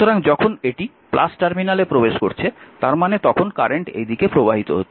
সুতরাং যখন এটি টার্মিনালে প্রবেশ করছে তার মানে তখন কারেন্ট এই দিকে প্রবাহিত হচ্ছে